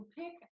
pick